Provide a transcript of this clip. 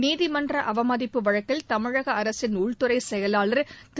நீதிமன்ற அவமதிப்பு வழக்கில் தமிழக அரசின் உள்துறை செயலாளர் திரு